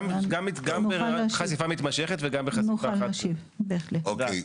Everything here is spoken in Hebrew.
גם לחשיפה מתמשכת וגם לחשיפה חד-פעמית.